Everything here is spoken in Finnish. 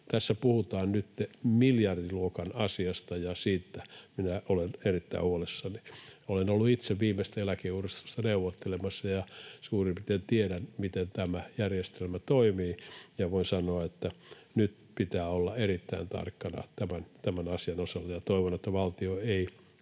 Tässä puhutaan nytten miljardiluokan asiasta, ja siitä minä olen erittäin huolissani. Olen ollut itse viimeistä eläkeuudistusta neuvottelemassa ja suurin piirtein tiedän, miten tämä järjestelmä toimii. Voin sanoa, että nyt pitää olla erittäin tarkkana tämän asian osalta. Toivon, että valtio ei